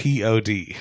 POD